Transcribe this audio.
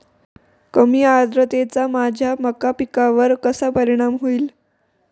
कमी आर्द्रतेचा माझ्या मका पिकावर कसा परिणाम होईल?